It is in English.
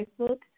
Facebook